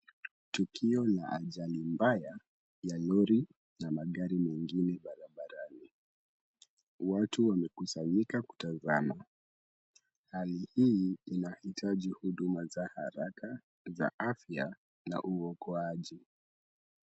Tukio la ajali mbaya ya lori na magari mengine barabarani. Watu wamekusanyika kutazama. Hali hii inahitaji huduma za haraka za afya na uokoaji.